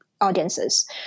audiences